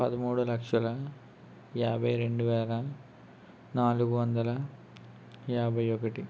పదమూడు లక్షల యాభై రెండు వేల నాలుగు వందల యాభై ఒకటి